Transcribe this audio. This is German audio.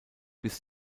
bis